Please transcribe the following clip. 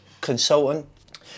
consultant